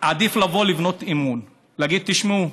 עדיף לבנות אמון, להגיד: תשמעו,